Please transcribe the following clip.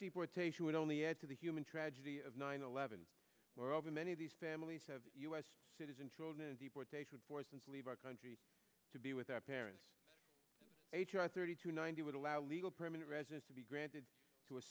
deportation would only add to the human tragedy of nine eleven where over many of these families have u s citizen children and deportation foursomes leave our country to be with our parents here at thirty to ninety would allow legal permanent residence to be granted to a